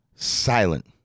silent